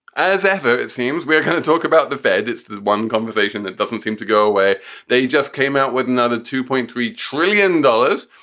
as ever, it seems we are going to talk about the fed. that's one conversation that doesn't seem to go away. they just came out with another two point three trillion dollars,